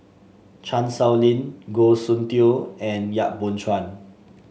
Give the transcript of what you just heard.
Chan Sow Lin Goh Soon Tioe and Yap Boon Chuan